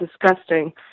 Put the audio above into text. disgusting